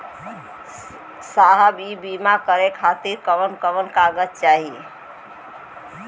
साहब इ बीमा करें खातिर कवन कवन कागज चाही?